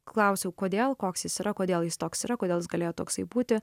klausiau kodėl koks jis yra kodėl jis toks yra kodėl galėjo toksai būti